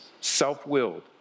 self-willed